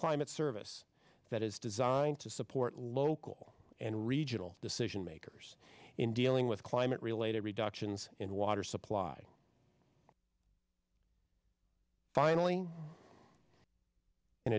climate service that is designed to support local and regional decision makers in dealing with climate related reductions in water supply finally in